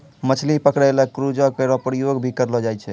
मछली पकरै ल क्रूजो केरो प्रयोग भी करलो जाय छै